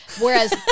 Whereas